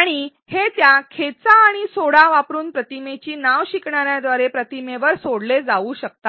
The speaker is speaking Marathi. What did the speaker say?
आणि हे त्या खेचा आणि सोडा वापरून प्रतिमेची नाव शिकणार्याद्वारे प्रतिमेवर सोडले जाऊ शकतात